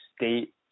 State